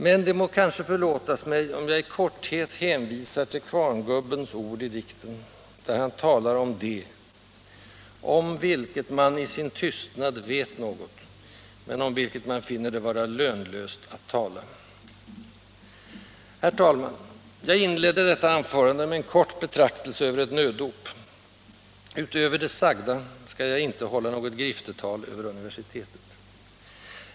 Men, det må kanske förlåtas mig om jag i korthet hänvisar till kvarngubbens ord i dikten, där han talar om det, ”om vilket man i sin tystnad vet något men om vilket man finner det vara lönlöst att tala”. Herr talman! Jag inledde detta anförande med en kort betraktelse över ett nöddop. Utöver det sagda skall jag inte hålla något griftetal över universitetet.